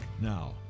now